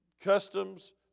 customs